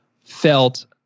felt